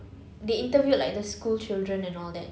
they interviewed like the schoolchildren and all that